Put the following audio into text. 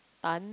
Tan